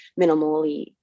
minimally